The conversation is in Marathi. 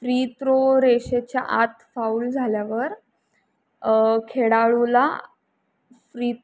फ्री थ्रो रेषेच्या आत फाऊल झाल्यावर खेडाळूला फ्री